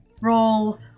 roll